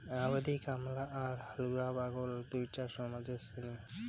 আবাদি কামলা আর হালুয়া ব্যাগল দুইটা সমাজের শ্রেণী